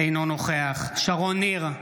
אינו נוכח שרון ניר,